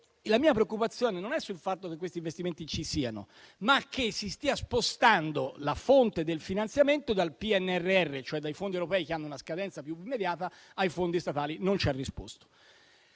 la mia preoccupazione non è sul fatto che questi investimenti ci siano, ma che si stia spostando la fonte del finanziamento dal PNRR, cioè dai fondi europei che hanno una scadenza più immediata, ai fondi statali. Su questo non ci ha risposto.